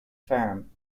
firm